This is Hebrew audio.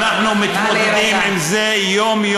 אנחנו מתמודדים עם זה יום-יום,